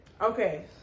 okay